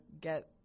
get